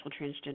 transgender